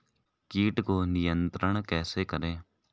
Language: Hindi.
कीट को नियंत्रण कैसे करें?